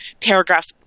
paragraphs